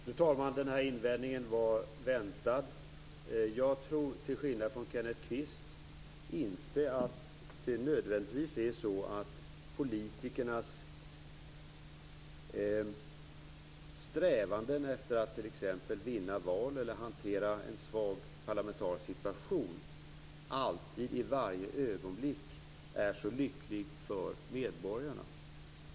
Fru talman! Den här invändningen var väntad. Jag tror till skillnad från Kenneth Kvist inte att det nödvändigtvis är så att politikernas strävanden efter att t.ex. vinna val eller att hantera en svag parlamentarisk situation i varje ögonblick är så lycklig för medborgarna.